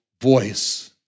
voice